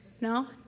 No